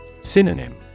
Synonym